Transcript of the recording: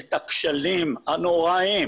את הכשלים הנוראיים,